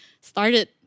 started